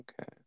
Okay